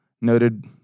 noted